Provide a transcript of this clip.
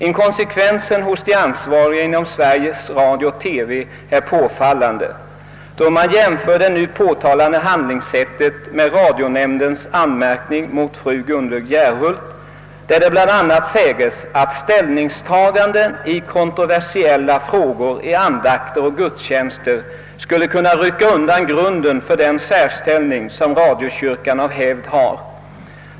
Inkonsekvensen hos de ansvariga inom Sveriges Radio-TV är påfallande, då man jämför det nu påtalade handlingssättet med radionämndens anmärkning mot fru Gunlög Järhult, där det bl.a. säges, att »ställningstaganden i kontroversiella frågor i andakter och gudstjänster skulle kunna rycka undan grunden för den särställning som radiokyrkan av hävd har».